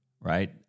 right